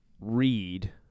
read